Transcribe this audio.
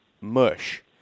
mush